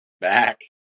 Back